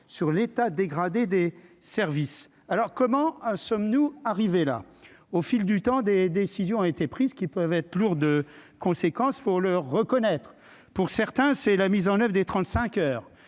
sur l'état dégradé des services alors comment sommes-nous arrivés là au fil du temps, des décisions ont été prises qui peuvent être lourd de conséquences, faut le reconnaître, pour certains, c'est la mise en oeuvre des 35 heures,